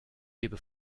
lebe